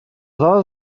dades